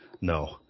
No